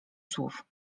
słów